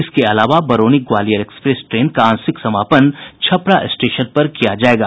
इसके अलावा Barauni Gwalior express train का आंशिक समापन छपरा स्टेशन पर किया जायेगा